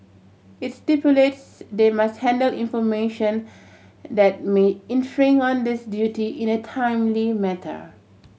it's stipulates they must handle information that may on this duty in a timely matter